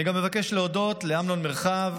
אני גם מבקש להודות לאמנון מרחב,